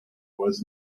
was